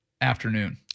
afternoon